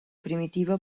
primitiva